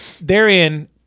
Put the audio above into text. therein